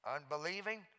Unbelieving